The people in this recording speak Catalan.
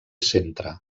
centre